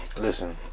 Listen